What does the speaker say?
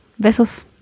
besos